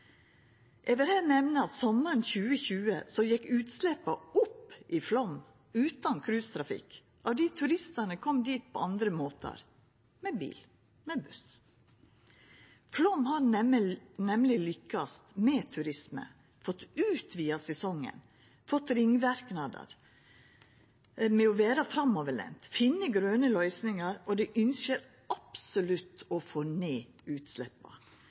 Eg vil nemna at sumaren 2020 gjekk utsleppa opp i Flåm utan cruisetrafikk, av di turistane kom dit på andre måtar, med bil og buss. Flåm har nemleg lukkast med turisme, fått utvida sesongen og fått ringverknader ved å vera framoverlente og finna grøne løysingar, og dei ynskjer absolutt å få ned utsleppa.